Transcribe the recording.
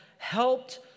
helped